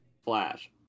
Flash